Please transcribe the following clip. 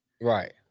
Right